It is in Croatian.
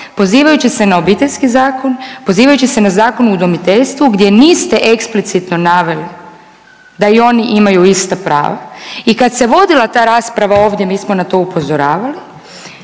pozivajući se na Obiteljski zakon, pozivajući se na Zakon o udomiteljstvu gdje niste eksplicitno naveli da i oni imaju ista prava. I kad se vodila ta rasprava ovdje mi smo na to upozoravali.